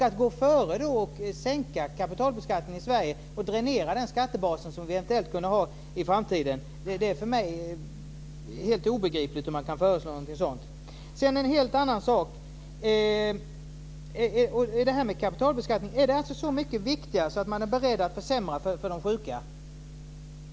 Det är för mig helt obegripligt hur man kan föreslå någonting sådant som innebär att man går före och sänker kapitalbeskattningen och dränerar den skattebas som vi eventuellt kunde ha i framtiden. Är kapitalbeskattningen så mycket viktigare att man är beredd att försämra för de sjuka?